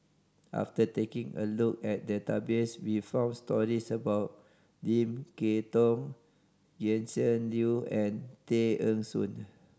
after taking a look at the database we found stories about Lim Kay Tong Gretchen Liu and Tay Eng Soon